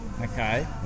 Okay